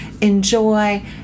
enjoy